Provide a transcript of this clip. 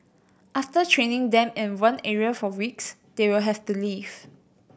after training them in one area for weeks they will have to leave